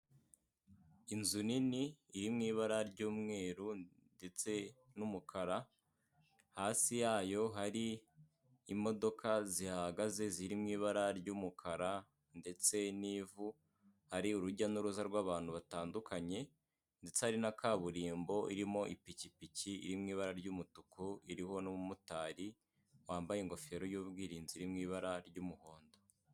Inzu nini iri mu ibara ry'umweru ndetse n'umukara hasi yayo hari imodoka zihagaze ziri mu ibara ry'umukara ndetse n'ivu hari urujya n'uruza rw'abantu batandukanye ndetse ari na kaburimbo irimo ipikipiki iri mu ibara ry'umutuku iriho n'umumotari wambaye ingofero y'ubwirinzi iri mu ibara ry'umuhondo.